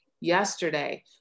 yesterday